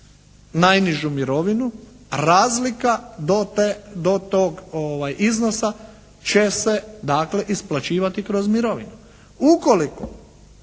najnižu mirovinu razlika do tog iznosa će se dakle isplaćivati kroz mirovinu. Ukoliko